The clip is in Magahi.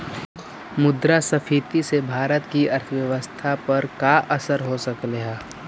मुद्रास्फीति से भारत की अर्थव्यवस्था पर का असर हो सकलई हे